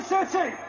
City